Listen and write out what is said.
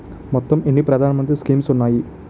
మొత్తం ఎన్ని ప్రధాన మంత్రి స్కీమ్స్ ఉన్నాయి?